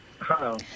Hello